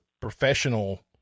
professional